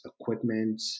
equipment